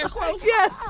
Yes